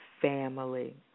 family